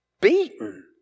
beaten